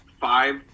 five